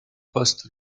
poste